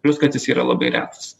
plius kad jis yra labai retas